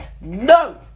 No